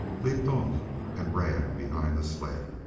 leaped off and ran behind the sled.